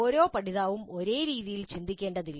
ഓരോ പഠിതാവും ഒരേ രീതിയിൽ ചിന്തിക്കേണ്ടതില്ല